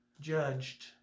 judged